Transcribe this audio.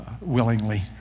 willingly